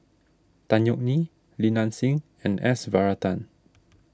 Tan Yeok Nee Li Nanxing and S Varathan